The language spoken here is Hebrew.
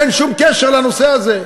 אין שום קשר לנושא הזה.